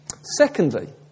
Secondly